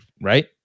right